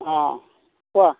অঁ কোৱা